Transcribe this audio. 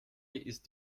ist